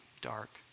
dark